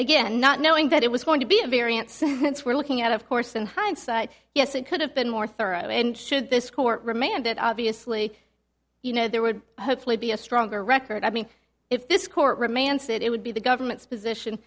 again not knowing that it was going to be a variance since we're looking at of course in hindsight yes it could have been more thorough and should this court remanded obviously you know there would hopefully be a stronger record i mean if this court remains that it would be the government's position